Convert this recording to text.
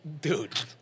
Dude